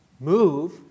move